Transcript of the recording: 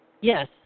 Yes